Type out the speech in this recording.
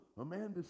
Amanda